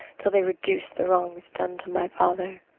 till they reduce the wrongs done to my father.